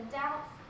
doubts